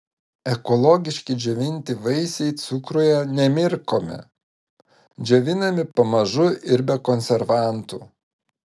ekologiški džiovinti vaisiai cukruje nemirkomi džiovinami pamažu ir be konservantų